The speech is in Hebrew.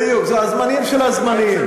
בדיוק, זה הזמניים של הזמניים.